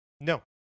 no